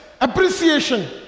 appreciation